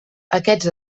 aquests